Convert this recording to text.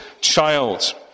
child